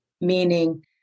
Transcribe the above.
meaning